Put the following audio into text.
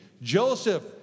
Joseph